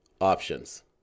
Options